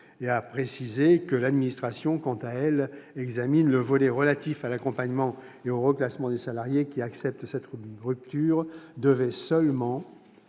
et a précisé que l'administration, quand elle examine le volet relatif à l'accompagnement et au reclassement des salariés qui acceptent cette rupture, devait seulement